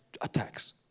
attacks